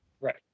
Right